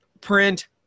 print